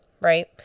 right